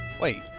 Wait